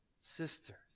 sisters